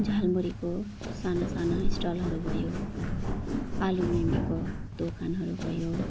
झालमुरीको साना साना स्टलहरू भयो आलु मिमीको दोकानहरू भयो